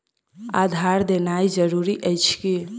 आधार देनाय जरूरी अछि की?